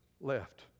left